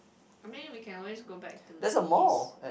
I mean we can always go back to the east